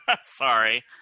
Sorry